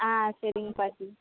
ஆ சரிங்க பாட்டி